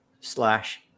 slash